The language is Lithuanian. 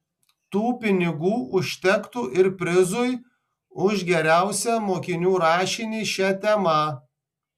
tų pinigų užtektų ir prizui už geriausią mokinių rašinį šia tema